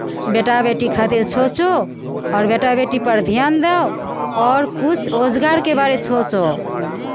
बेटा बेटी खातिर सोचू आओर बेटा बेटीपर ध्यान दउ आओर किछु रोजगारके बारे सोचू